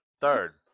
Third